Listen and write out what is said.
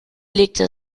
legte